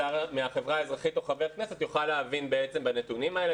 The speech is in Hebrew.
מהחברה האזרחית או חבר כנסת יוכל להבין בעצם את נתונים האלה.